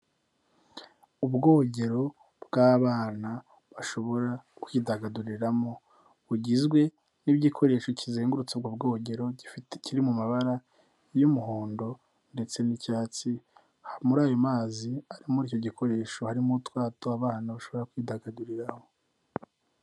Ubwogero bw'abana bashobora kwidagaduriramo bugizwe n'igikoresho kizengurutse ubwo bwogero kiri mu mabara y'umuhondo ndetse n'icyatsi, muri ayo mazi arimo icyo gikoresho harimo utwato abana bashobora kwidagaduriraho.